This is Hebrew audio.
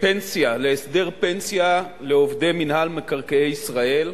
להסדר פנסיה לעובדי מינהל מקרקעי ישראל,